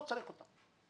לא צריך אותה.